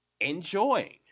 enjoying